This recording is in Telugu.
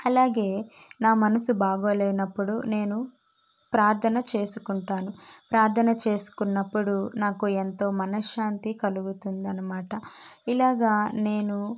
అలాగే నా మనసు బాగలేనప్పుడు నేను ప్రార్థన చేసుకుంటాను ప్రార్థన చేసుకున్నప్పుడు నాకు ఎంతో మనశ్శాంతి కలుగుతుంది అన్నమాట ఇలాగా నేను